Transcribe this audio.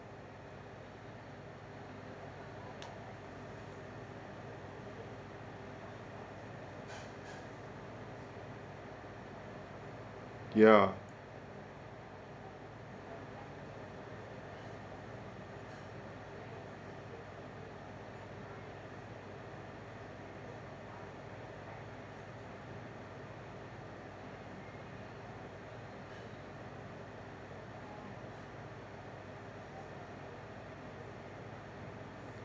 ya